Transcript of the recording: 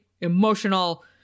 emotional